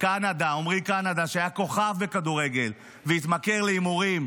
עומרי קנדה, שהיה כוכב כדורגל והתמכר להימורים,